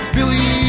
Billy